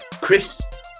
Chris